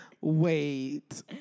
Wait